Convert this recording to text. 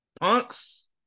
punks